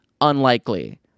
unlikely